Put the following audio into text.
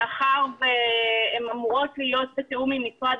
מאחר והן אמורות להיות בתיאום עם משרד